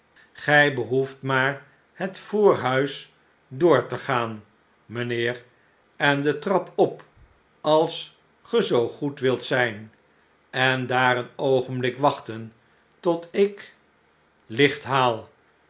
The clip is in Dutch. gij behoeft maar het voorhuis door te gaan mijnheer en de trap op als ge zoo goed wilt zijn en daar een oogenblik wachten tot ik licht